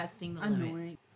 annoying